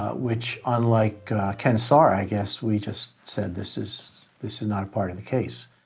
ah which unlike ken starr, i guess we just said this is, this is not a part of the case.